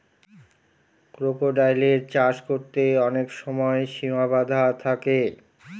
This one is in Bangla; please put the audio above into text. ক্রোকোডাইলের চাষ করতে অনেক সময় সিমা বাধা থাকে